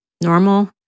normal